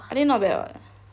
I think not bad [what]